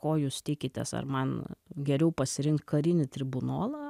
ko jūs tikitės ar man geriau pasirinkt karinį tribunolą